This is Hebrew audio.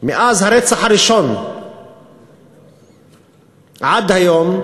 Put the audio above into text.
מאז הרצח הראשון עד היום,